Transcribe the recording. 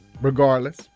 regardless